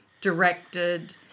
directed